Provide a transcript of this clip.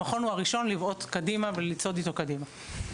המכון הוא הראשון לראות קדימה ולצעוד איתו קדימה.